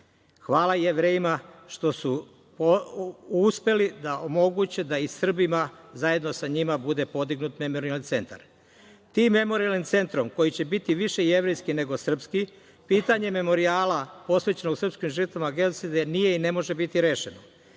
Hvala Jevrejima što su uspeli da omoguće da i Srbima, zajedno sa njima, bude podignut Memorijalni centar. Tim Memorijalnim centrom, koji će biti više jevrejski nego srpski, pitanje memorijala posvećeno srpskim žrtvama genocida nije i ne može biti rešeno.